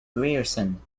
grierson